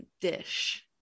dish